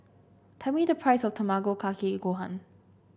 tell me the price of Tamago Kake Gohan